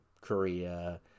Korea